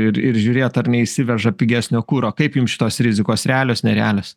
ir ir žiūrėt ar neišsiveža pigesnio kuro kaip jum šitos rizikos realios nerealios